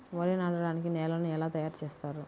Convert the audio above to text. వరి నాటడానికి నేలను ఎలా తయారు చేస్తారు?